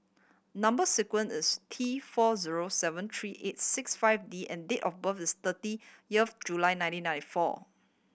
number sequence is T four zero seven three eight six five D and date of birth is July nineteen ninety four